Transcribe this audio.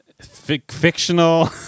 fictional